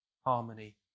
harmony